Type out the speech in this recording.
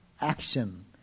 action